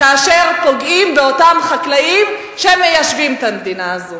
כאשר פוגעים באותם חקלאים שמיישבים את המדינה הזאת.